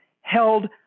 held